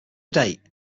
date